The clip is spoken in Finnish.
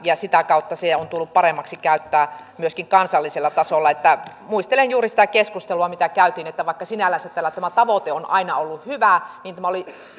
ja sitä kautta se on tullut paremmaksi käyttää myöskin kansallisella tasolla muistelen juuri sitä keskustelua mitä käytiin että vaikka sinällänsä tämä tavoite on aina ollut hyvä niin tämä oli